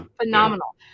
phenomenal